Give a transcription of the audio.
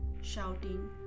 shouting